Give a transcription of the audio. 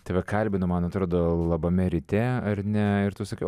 tave kalbinau man atrodo labame ryte ar ne ir tu sakei